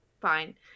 fine